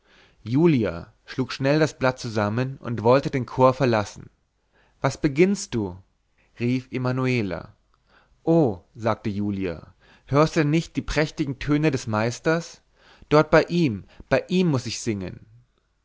julia schlug schnell das blatt zusammen und wollte den chor verlassen was beginnst du rief emanuela oh sagte julia hörst du denn nicht die prächtigen töne des meisters dort bei ihm mit ihm muß ich singen